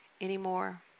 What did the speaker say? anymore